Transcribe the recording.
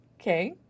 Okay